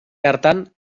hartan